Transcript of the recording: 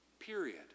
period